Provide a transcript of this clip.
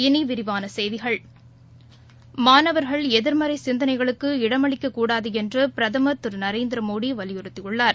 இனிவிரிவானசெய்திகள் மாணவர்கள் எதிர்மறைசிந்தனைகளுக்கு இடமளிக்கக்கூடாதுஎன்றுபிரதமர் திருநரேந்திரமோடிவலியுறுத்தியுள்ளார்